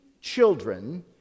children